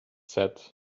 set